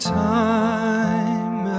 time